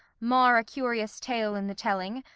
marr a curious tale in the telling,